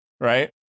Right